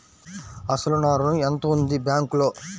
అసలు నా ఋణం ఎంతవుంది బ్యాంక్లో?